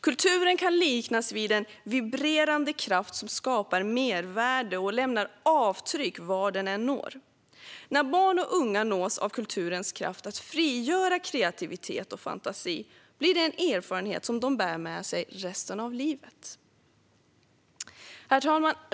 Kulturen kan liknas vid en vibrerande kraft som skapar mervärde och lämnar avtryck var den än når. När barn och unga nås av kulturens kraft att frigöra kreativitet och fantasi blir det en erfarenhet som de bär med sig resten av livet. Herr talman!